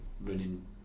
running